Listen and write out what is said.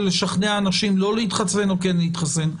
לשכנע אנשים לא להתחסן או כן להתחסן.